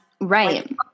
Right